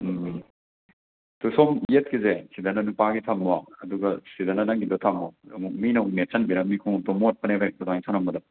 two ꯁꯣꯝ ꯌꯦꯠꯀꯤꯁꯦ ꯁꯤꯗꯅ ꯅꯨꯄꯥꯒꯤ ꯊꯝꯃꯣ ꯑꯗꯨꯒ ꯁꯤꯗꯅ ꯅꯪꯒꯤꯗꯣ ꯊꯝꯃꯣ ꯑꯃꯨꯛ ꯃꯤꯅ ꯑꯃꯨꯛ ꯅꯦꯠꯁꯟꯕꯤꯔꯝꯅꯤ ꯈꯨꯡꯉꯨꯞꯇꯣ ꯃꯣꯠꯄꯅꯦꯕ ꯍꯦꯛꯇ ꯑꯗꯨꯃꯥꯏꯅ ꯊꯅꯝꯕꯗꯣ